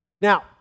Now